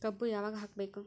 ಕಬ್ಬು ಯಾವಾಗ ಹಾಕಬೇಕು?